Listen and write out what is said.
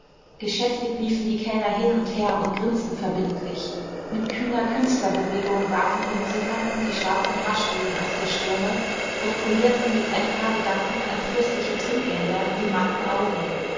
geschäftig liefen die kellner hin und her und grinsten verbindlich mit kühner künstlerbewegung warfen die musikanten die schwarzen haarsträhnen aus der stirne und polierten mit ein paar gedanken an fürstliche trinkgelder die matten augen